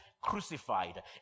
crucified